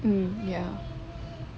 mm ya